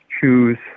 choose